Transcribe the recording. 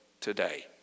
today